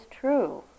true